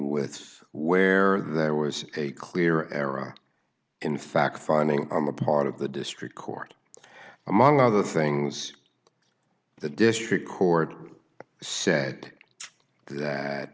with where there was a clear era in fact finding on the part of the district court among other things the district court said that